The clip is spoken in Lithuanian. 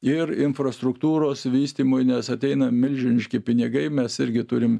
ir infrastruktūros vystymui nes ateina milžiniški pinigai mes irgi turim